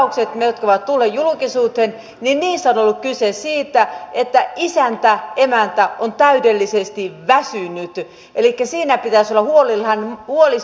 niissä yksittäisissä tapauksissa jotka ovat tulleet julkisuuteen on ollut kyse siitä että isäntä tai emäntä on täydellisesti väsynyt elikkä siinä pitäisi olla huolestunut maanviljelijästä